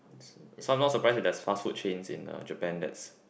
so I'm not surprised if there's fast food chains in uh Japan that's